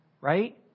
right